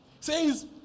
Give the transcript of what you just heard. says